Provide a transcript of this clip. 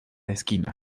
esquina